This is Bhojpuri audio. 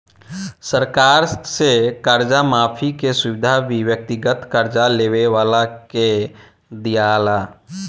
सरकार से कर्जा माफी के सुविधा भी व्यक्तिगत कर्जा लेवे वाला के दीआला